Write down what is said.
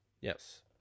Yes